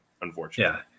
unfortunately